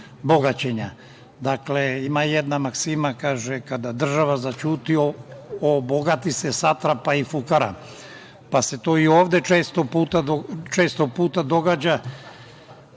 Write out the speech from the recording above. bogaćenja. Dakle, ima jedna maksima, kaže – kada država zaćuti o bogati se satra pa i fukara. Pa se to i ovde često puta događa. Šta